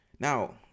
Now